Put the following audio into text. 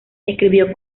escribió